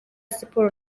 siporo